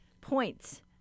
points